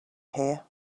here